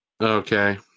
Okay